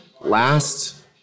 last